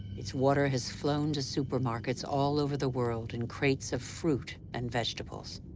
its water has flown to supermarkets all over the world in crates of fruit and vegetables.